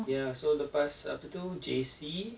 ya so lepas apa tu J_C